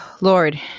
Lord